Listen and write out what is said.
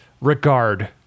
regard